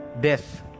death